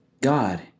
God